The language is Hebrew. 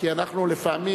כי אנחנו לפעמים,